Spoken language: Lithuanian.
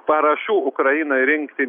parašų ukrainai rinkti